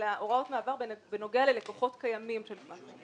אלא הוראות מעבר בנוגע ללקוחות קיימים של גמ"חים.